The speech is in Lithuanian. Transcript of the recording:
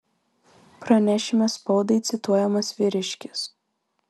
pranešime spaudai cituojamas vyriškis